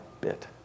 bit